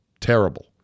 terrible